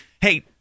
Hey